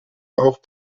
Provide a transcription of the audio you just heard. auch